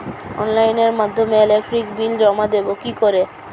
অনলাইনের মাধ্যমে electric bill জমা দেবো কি করে?